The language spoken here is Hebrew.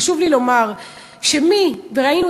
חשוב לי לומר שמי שזה בנפשו,